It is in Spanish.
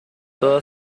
toda